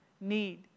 need